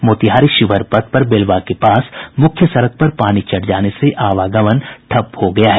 मोतिहारी शिवहर पथ पर बेलवा के पास मुख्य सड़क पर पानी चढ़ जाने से आवागमन ठप्प हो गया है